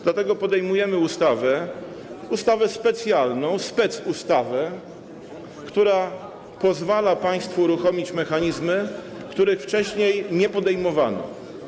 Dlatego podejmujemy ustawę, ustawę specjalną, specustawę, która pozwala państwu uruchomić mechanizmy, których wcześniej nie podejmowano.